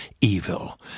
evil